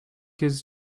his